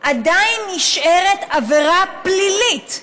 עדיין נשארת עבירה פלילית.